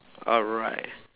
alright